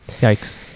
Yikes